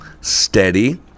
Steady